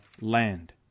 land